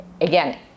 Again